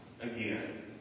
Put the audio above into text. again